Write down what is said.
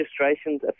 registration's